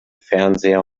fernseher